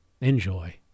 Enjoy